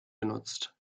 genutzt